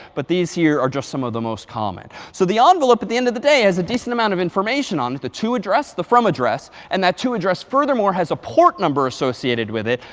but these here are just some of the most common. so the envelope, at the end of the day, has a decent amount of information on it. the to address, the from address, and that to address furthermore has a port number associated with it.